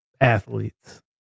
athletes